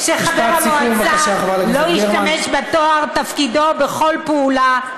מצביע נגד שחבר המועצה לא ישתמש בתואר תפקידו בכל פעולה,